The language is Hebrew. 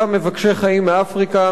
אותם מבקשי חיים מאפריקה,